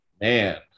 Man